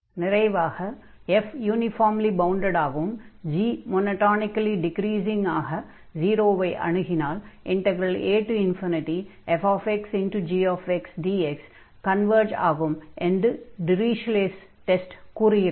நிறைவாக f uniformly bounded ஆகவும் g monotonically டிக்ரீஸிங்காக 0 ஐ அணுகினால் afxgxdx கன்வர்ஜ் ஆகும் என்று டிரிஷ்லே'ஸ் டெஸ்ட் Dirichlet's test கூறுகிறது